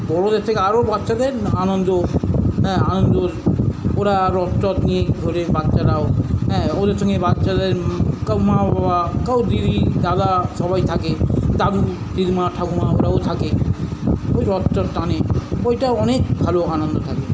বড়োদের থেকে আরো বাচ্চাদের আনন্দ হ্যাঁ আনন্দ ওই ওরা রথ টথ নিয়ে ঘোরে বাচ্চারও হ্যাঁ ওদের সঙ্গে বাচ্চাদের কাউ মা বাবা কাউ দিদি দাদা সবাই থাকে দাদু দিদিমা ঠাকুমা ওরাও থাকে ওই রথ টথ টানে ওইটা অনেক ভালো আনন্দ থাকে